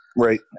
Right